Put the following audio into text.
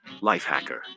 Lifehacker